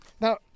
Now